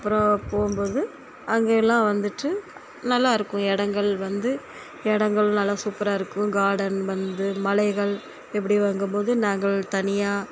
அப்புறம் போகும்போது அங்கே எல்லாம் வந்துட்டு நல்லா இருக்கும் இடங்கள் வந்து இடங்கள் நல்லா சூப்பராக இருக்கும் கார்டன் வந்து மலைகள் இப்படிங்கும் போது நாங்கள் தனியாக